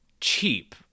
cheap